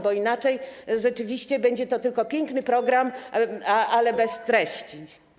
Bo inaczej rzeczywiście będzie to tylko piękny program, ale bez treści.